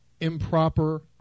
improper